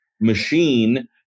machine